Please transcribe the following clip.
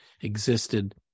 existed